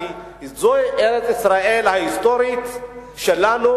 כי זו ארץ-ישראל ההיסטורית שלנו.